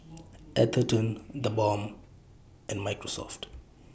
Atherton TheBalm and Microsoft